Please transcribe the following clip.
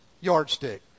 yardstick